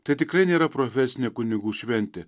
tai tikrai nėra profesinė kunigų šventė